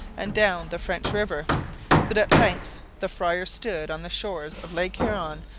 and down the french river but at length the friar stood on the shores of lake huron,